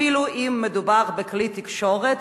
אפילו אם מדובר בכלי תקשורת,